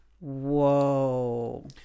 Whoa